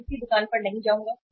मैं किसी दुकान पर नहीं जाऊंगा